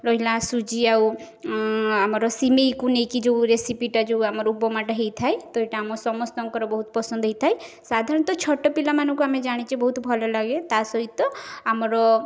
ରହିଲା ସୁଜି ଆଉ ଆମର ସିମେଇକୁ ନେଇକି ଯେଉଁ ରେସିପିଟା ଯେଉଁ ଆମର ଉପମାଟା ହେଇଥାଏ ତ ଏଇଟା ଆମ ସମସ୍ତଙ୍କର ବହୁତ ପସନ୍ଦ ହେଇଥାଏ ସାଧାରଣତଃ ଛୋଟ ପିଲାମାନଙ୍କୁ ଆମେ ଜାଣିଛେ ବହୁତ ଭଲ ଲାଗେ ତା ସହିତ ଆମର